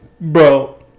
bro